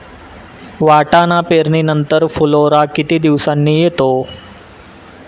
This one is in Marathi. वाटाणा पेरणी नंतर फुलोरा किती दिवसांनी येतो?